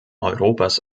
europas